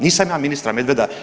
Nisam ja ministra Medveda.